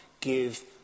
give